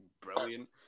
brilliant